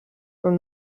from